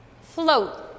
Float